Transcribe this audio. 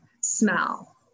smell